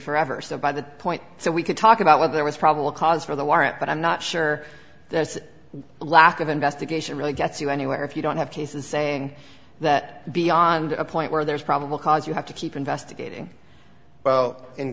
forever so by that point so we could talk about whether there was probable cause for the warrant but i'm not sure there's a lack of investigation really gets you anywhere if you don't have cases saying that beyond a point where there is probable cause you have to keep investigating